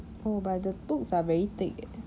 oh but the books are very thick eh